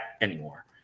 anymore